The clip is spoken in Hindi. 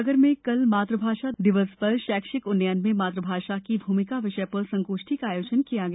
सागर में कल मातृभाषा दिवस पर शैक्षिक उन्नयन में मातृभाषा की भूमिका विषय पर संगोष्ठी का आयोजन किया गया